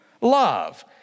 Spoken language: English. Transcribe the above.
love